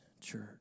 church